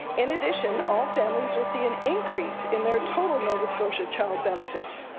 in addition, all families will see an increase in their total nova scotia child benefit.